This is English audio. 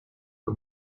for